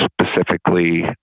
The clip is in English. specifically